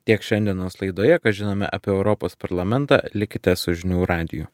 tiek šiandienos laidoje ką žinome apie europos parlamentą likite su žinių radiju